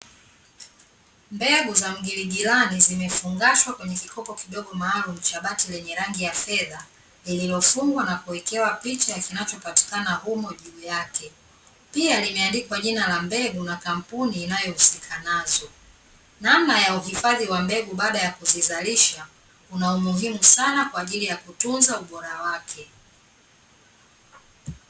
Mbegu za mgiligilani zimefungashwa kwenye kikopo kidogo maalumu cha bati lenye rangi ya fedha, lililofungwa na kuwekewa picha ya kinachopatikana humo juu yake. Pia limeandikwa jina la mbegu, na kampuni inayohusika nazo. Namna ya Uhifadhi wa mbegu baada ya kuzizalisha, una umuhimu sana kwa ajili kutunza ubora wake.